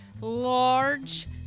large